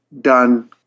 done